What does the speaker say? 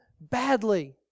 badly